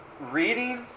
reading